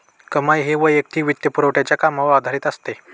कमाई ही वैयक्तिक वित्तपुरवठ्याच्या कामावर आधारित असते